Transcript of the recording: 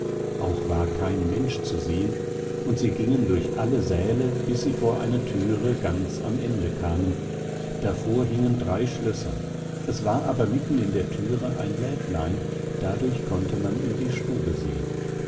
auch war kein mensch zu sehen und sie gingen durch alle säle bis sie vor eine thüre ganz am ende kamen davor hingen drei schlösser es war aber mitten in der thüre ein lädlein dadurch konnte man in die stube sehen